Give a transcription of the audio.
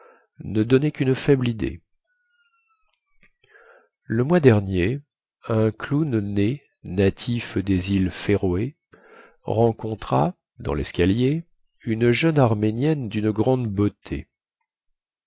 ne donnait quune faible idée le mois dernier un clown né natif des îles féroé rencontra dans lescalier une jeune arménienne dune grande beauté